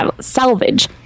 salvage